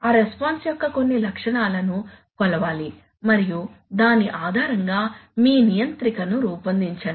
ఆ రెస్పాన్స్ యొక్క కొన్ని లక్షణాలను కొలవాలి మరియు దాని ఆధారంగా మీ నియంత్రికను రూపొందించండి